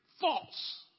false